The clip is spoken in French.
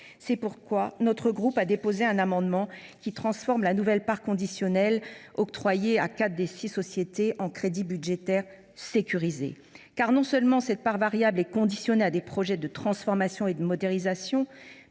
C’est pourquoi notre groupe a déposé un amendement qui vise à transformer la nouvelle part conditionnelle octroyée à quatre des six sociétés de l’audiovisuel public, en crédits budgétaires sécurisés. En effet, non seulement cette part variable est conditionnée à des « projets de transformation et de modernisation